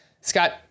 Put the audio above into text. Scott